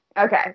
Okay